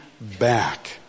back